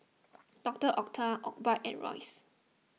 Doctor Oetker Obike and Royce